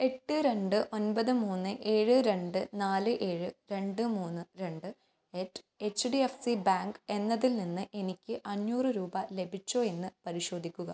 എട്ട് രണ്ട് ഒൻപത് മൂന്ന് ഏഴ് രണ്ട് നാല് ഏഴ് രണ്ട് മൂന്ന് രണ്ട് at H D F C bank എന്നതിൽ നിന്ന് എനിക്ക് അഞ്ഞൂറ് രൂപ ലഭിച്ചോ എന്ന് പരിശോധിക്കുക